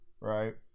Right